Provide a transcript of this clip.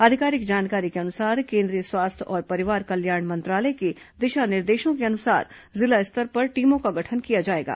आधिकारिक जानकारी के अनुसार केंद्रीय स्वास्थ्य और परिवार कल्याण मंत्रालय के दिशा निर्देशों के अनुसार जिला स्तर पर टीमों का गठन किया जाएगा